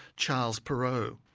charles perrow.